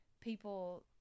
people